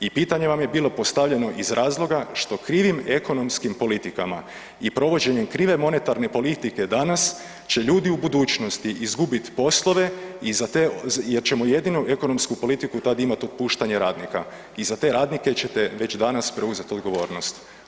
I pitanje vam je bilo postavljeno iz razloga što krivim ekonomskim politikama i provođenjem krive monetarne politike danas će ljudi u budućnosti izgubiti poslove jer ćemo jedinu ekonomsku politiku tada imati otpuštanje radnika i za te radnike ćete već danas preuzeti odgovornost.